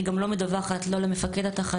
אני גם לא מדווחת לא למפקד התחנה,